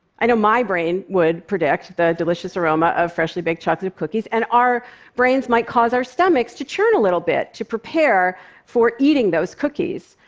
i know my brain would predict the delicious aroma of freshly baked chocolate cookies. and our brains might cause our stomachs to churn a little bit, to prepare for eating those cookies.